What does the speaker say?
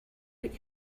what